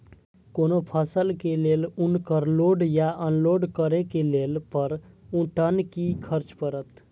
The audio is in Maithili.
कोनो फसल के लेल उनकर लोड या अनलोड करे के लेल पर टन कि खर्च परत?